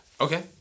Okay